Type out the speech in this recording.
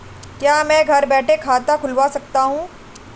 क्या मैं घर बैठे खाता खुलवा सकता हूँ?